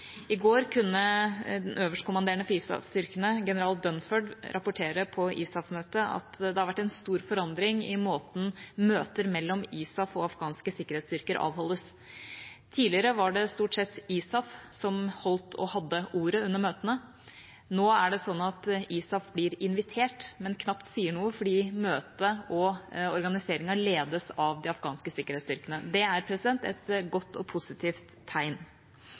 I går kunne den øverstkommanderende for ISAF-styrkene, general Dunford, rapportere på ISAF-møtet at det har vært en stor forandring i måten møter mellom ISAF og afghanske sikkerhetsstyrker avholdes på. Tidligere var det stort sett ISAF som holdt og hadde ordet under møtene. Nå er det slik at ISAF blir invitert, men knapt sier noe, fordi møtet og organiseringen ledes av de afghanske sikkerhetsstyrkene. Det er et godt og positivt tegn.